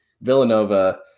Villanova